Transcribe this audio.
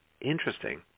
Interesting